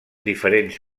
diferents